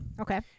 Okay